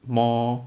more